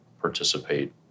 participate